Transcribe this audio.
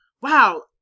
wow